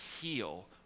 heal